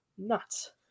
Nuts